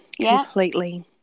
Completely